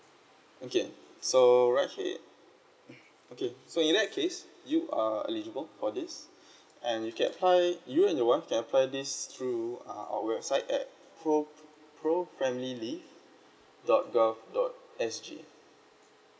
okay so right here okay so in that case you are eligible for this and you can apply you and your wife can apply this through uh our website at pro pro family leave dot gov dot S_G